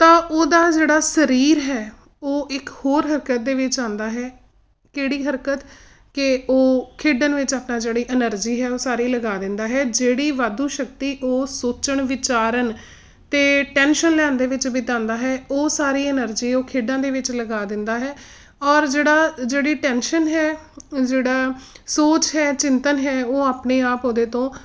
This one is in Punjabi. ਤਾਂ ਉਹਦਾ ਜਿਹੜਾ ਸਰੀਰ ਹੈ ਉਹ ਇੱਕ ਹੋਰ ਹਰਕਤ ਦੇ ਵਿੱਚ ਆਉਂਦਾ ਹੈ ਕਿਹੜੀ ਹਰਕਤ ਕਿ ਉਹ ਖੇਡਣ ਵਿੱਚ ਆਪਣਾ ਜਿਹੜੀ ਐਨਰਜੀ ਹੈ ਉਹ ਸਾਰੀ ਲਗਾ ਦਿੰਦਾ ਹੈ ਜਿਹੜੀ ਵਾਧੂ ਸ਼ਕਤੀ ਉਹ ਸੋਚਣ ਵਿਚਾਰਨ ਅਤੇ ਟੈਂਸ਼ਨ ਲੈਣ ਦੇ ਵਿੱਚ ਬਿਤਾਉਂਦਾ ਹੈ ਉਹ ਸਾਰੀ ਐਨਰਜੀ ਉਹ ਖੇਡਾਂ ਦੇ ਵਿੱਚ ਲਗਾ ਦਿੰਦਾ ਹੈ ਔਰ ਜਿਹੜਾ ਜਿਹੜੀ ਟੈਨਸ਼ਨ ਹੈ ਜਿਹੜਾ ਸੋਚ ਹੈ ਚਿੰਤਨ ਹੈ ਉਹ ਆਪਣੇ ਆਪ ਉਹਦੇ ਤੋਂ